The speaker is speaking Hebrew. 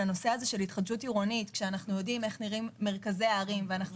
הנושא של התחדשות עירונית כשאנחנו יודעים איך נראים מרכזי הערים ואנחנו